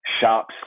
shops